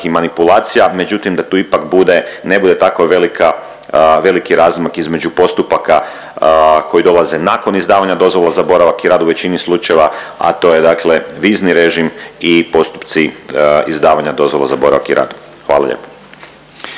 i manipulacija, međutim da tu ipak bude, ne bude tako velika, veliki razmak između postupaka koji dolaze nakon izdavanja dozvola za boravak i rad u većini slučajeva, a to je dakle vizni režim i postupci izdavanja dozvola za boravak i rad, hvala lijepo.